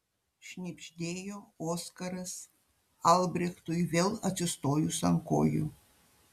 šnibždėjo oskaras albrechtui vėl atsistojus ant kojų